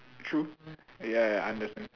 true ya ya understand